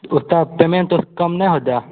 उसका पेमेंत कुछ कम नहीं होगा